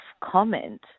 comment